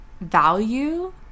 value